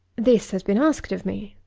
this has been asked of me.